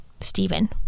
Stephen